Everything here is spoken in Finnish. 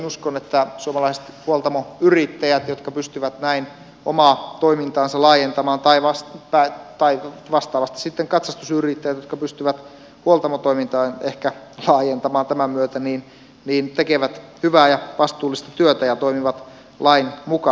uskon että suomalaiset huoltamoyrittäjät jotka pystyvät näin omaa toimintaansa laajentamaan tai vastaavasti sitten katsastusyrittäjät jotka pystyvät huoltamotoimintaan ehkä laajentamaan tämän myötä tekevät hyvää ja vastuullista työtä ja toimivat lain mukaan